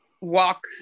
walk